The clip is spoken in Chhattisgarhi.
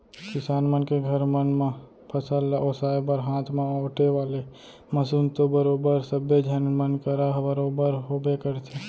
किसान मन के घर मन म फसल ल ओसाय बर हाथ म ओेटे वाले मसीन तो बरोबर सब्बे झन मन करा बरोबर होबे करथे